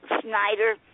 Snyder